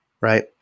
Right